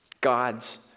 God's